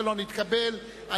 את ההצבעה.